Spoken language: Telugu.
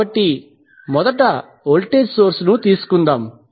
కాబట్టి మొదట వోల్టేజ్ సోర్స్ ను తీసుకుందాం